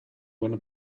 wanna